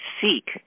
Seek